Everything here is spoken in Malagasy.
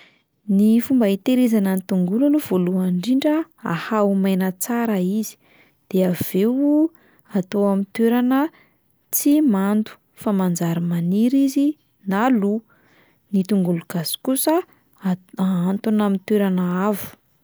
Ny fomba hitahirizana ny tongolo aloha voalohany indrindra ahaha ho maina tsara izy de avy eo atao amin'ny toerana tsy mando fa manjary maniry izy na lo, ny tongolo gasy kosa a- ahantona amin'ny toerana avo.